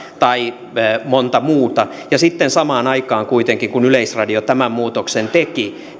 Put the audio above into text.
tai monta muuta ja sitten samaan aikaan kuitenkin kun yleisradio tämän muutoksen teki